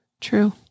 True